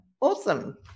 awesome